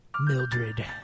Mildred